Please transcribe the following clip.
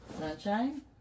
Sunshine